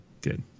good